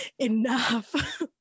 enough